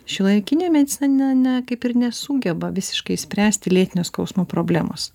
šiuolaikinė medicina ne ne kaip ir nesugeba visiškai išspręsti lėtinio skausmo problemos